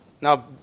Now